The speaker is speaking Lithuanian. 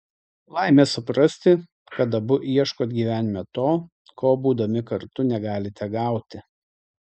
laimė suprasti kad abu ieškot gyvenime to ko būdami kartu negalite gauti